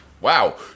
Wow